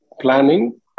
planning